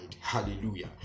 Hallelujah